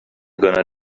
gonna